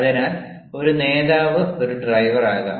അതിനാൽ ഒരു നേതാവ് ഒരു ഡ്രൈവർ ആകാം